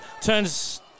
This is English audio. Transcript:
turns